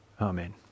Amen